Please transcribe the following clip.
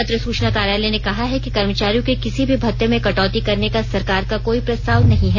पत्र सूचना कार्यालय ने कहा है कि कर्मचारियों के किसी भी भत्ते में कटौती करने का सरकार का कोई प्रस्ताव नहीं है